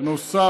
בנוסף,